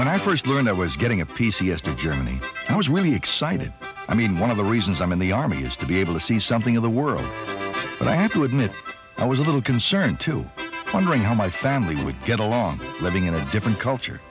when i first learned i was getting a p c s in germany i was really excited i mean one of the reasons i'm in the army is to be able to see something of the world but i have to admit i was a little concerned too wondering how my family would get along living in a different culture